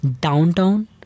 downtown